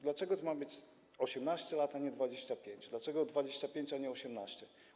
Dlaczego ma to być 18 lat, a nie 25, dlaczego 25, a nie 18?